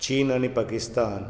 चीन आनी पाकिस्तान